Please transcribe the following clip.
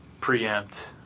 preempt